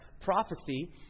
prophecy